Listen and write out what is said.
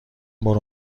برو